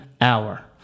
hour